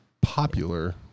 popular